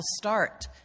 start